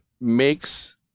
makes